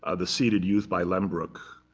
ah the seated youth by lehmbruck,